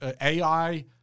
AI